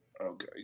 Okay